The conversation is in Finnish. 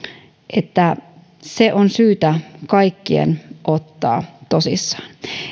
että se on syytä kaikkien ottaa tosissaan